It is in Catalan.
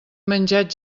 menjat